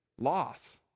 loss